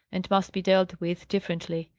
and must be dealt with differently.